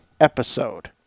episode